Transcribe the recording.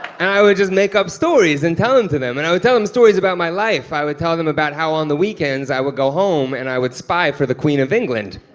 i would just make up stories and tell them to them and i would tell them stories about my life. i would tell them about how, on the weekends, i would go home and i would spy for the queen of england.